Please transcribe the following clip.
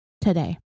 today